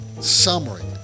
summary